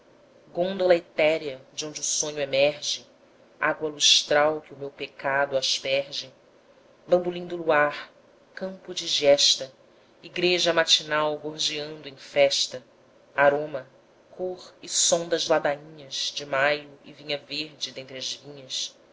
gôndola etérea de onde o sonho emerge água lustral que o meu pecado asperge bandolim do luar campo de giesta igreja matinal gorjeando em festa aroma cor e som das ladainhas de maio e vinha verde dentre as vinhas